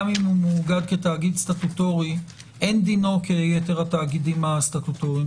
גם אם הוא מאוגד כתאגיד סטטוטורי - אין דינו כיתר התאגידים הסטטוטוריים